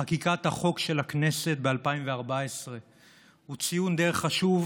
חקיקת החוק של הכנסת ב-2014 הוא ציון דרך חשוב